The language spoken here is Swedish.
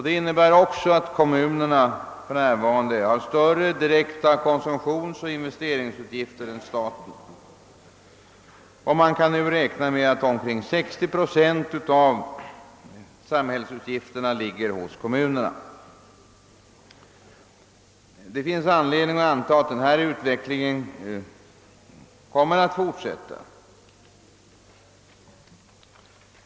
Det innebär också att kommunerna för närvarande har större direkta konsumtionsoch investeringsutgifter än staten. Man kan nu räkna med att omkring 60 procent av samhällsutgifterna faller på kommunerna. Det finns också anledning anta att den utvecklingen kommer att fortsätta.